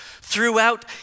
throughout